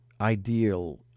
ideal